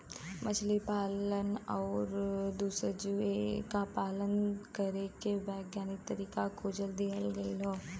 मछली पालन आउर दूसर जीव क पालन करे के वैज्ञानिक तरीका खोज लिहल गयल हौ